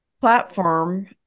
platform